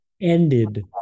ended